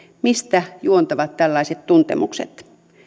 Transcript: mistä juontavat tällaiset tuntemukset